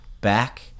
back